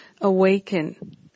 awaken